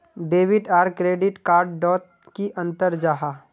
Debit आर credit card डोट की अंतर जाहा?